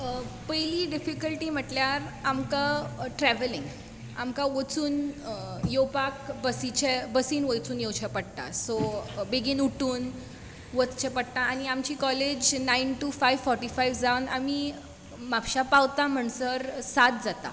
पयलीं डिफिकल्टी म्हणल्यार आमकां ट्रेवेलींग आमकां वचून येवपाक बसीचें बसीन वचून येवचें पडटा सो बेगीन उठून वच्चें पडटा आनी आमी college nine to five five forty five जावन आमीं म्हापश्यां पावता म्हणसर सात जाता